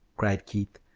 cried keith,